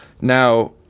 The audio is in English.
Now